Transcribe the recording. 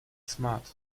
smart